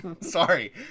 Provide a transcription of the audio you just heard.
Sorry